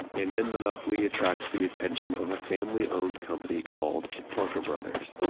and then monopoly attracts the attention of a family owned company called parker brothers.